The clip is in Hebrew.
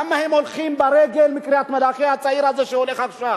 למה הם הולכים ברגל מקריית-מלאכי הצעיר הזה שהולך עכשיו,